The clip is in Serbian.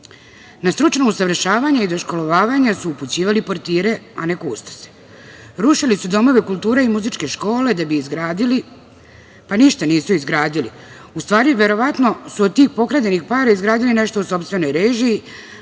Na stručno usavršavanje i doškolovavanje su upućivali portire, a ne kustose. Rušili su domove kulture i muzičke škole da bi izgradili, pa ništa nisu izgradili. U stvari, verovatno su od tih pokradenih para izgradili nešto u sopstvenoj režiji,